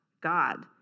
God